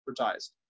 advertised